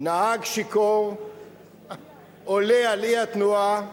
נהג שיכור עולה על אי התנועה,